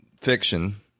fiction